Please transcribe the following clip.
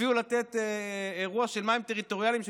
אפילו לתת אירוע של מים טריטוריאליים של